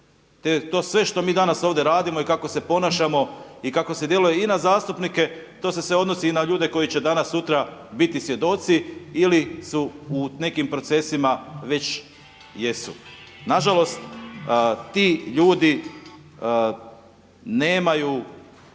To sve što mi danas ovdje radimo i kako se ponašamo i kako se djeluje i na zastupnike to se sve odnosi i na ljude koji će danas sutra biti svjedoci ili su u nekim procesima već jesu. Nažalost ti ljudi nemaju